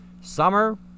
summer